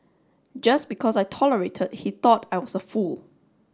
just because I tolerated he thought I was a fool